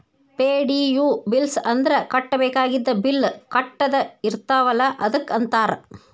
ಪೆ.ಡಿ.ಯು bills ಅಂದ್ರ ಕಟ್ಟಬೇಕಾಗಿದ್ದ bill ಕಟ್ಟದ ಇರ್ತಾವಲ ಅದಕ್ಕ ಅಂತಾರ